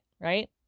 right